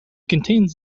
contains